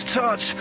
touch